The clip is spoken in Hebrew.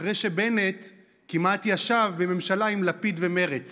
אחרי שבנט כמעט ישב בממשלה עם לפיד ומרצ